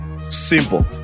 Simple